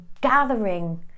gathering